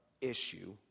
issue